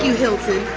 hilton.